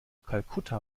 kalkutta